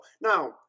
Now